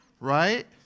right